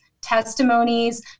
testimonies